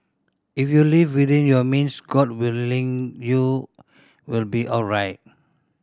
if you live within your means God willing you will be alright